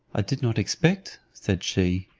i did not expect, said she,